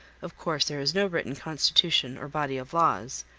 of course there is no written constitution or body of laws,